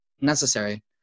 necessary